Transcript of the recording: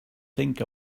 think